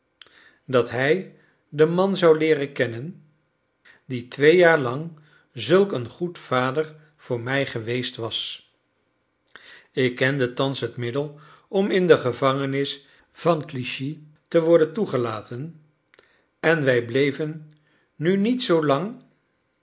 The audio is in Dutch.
dat hij den man zou leeren kennen die twee jaar lang zulk een goed vader voor mij geweest was ik kende thans het middel om in de gevangenis van clichy te worden toegelaten en wij bleven nu niet zoolang